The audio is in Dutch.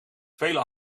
vele